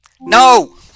No